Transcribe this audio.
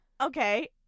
Okay